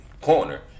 corner